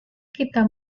kita